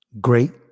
Great